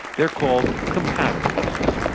they are called compatiblists,